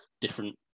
different